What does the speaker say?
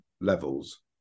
levels